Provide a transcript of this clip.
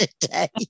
today